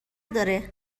داره